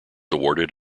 awarded